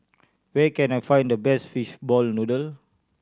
where can I find the best fishball noodle